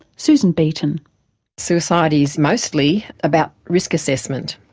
susan beaton suicide is mostly about risk assessment.